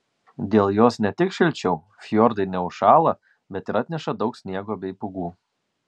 dėl jos ne tik šilčiau fjordai neužšąla bet ir atneša daug sniego bei pūgų